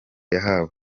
yahawe